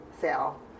sale